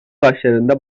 başlarında